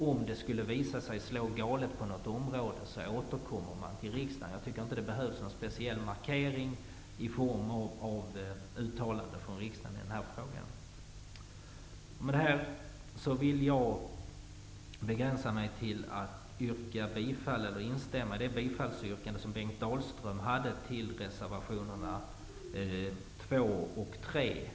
Om det skulle visa sig slå galet på något område, återkommer man till riksdagen. Jag tycker inte att det behövs någon speciell markering här i form av ett uttalande från riksdagen i denna fråga. Med detta begränsar jag mig till ett instämmande i Bengt Dalströms bifallsyrkande beträffande reservationerna 2 och 3.